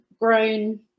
grown